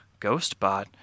GhostBot